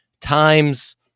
times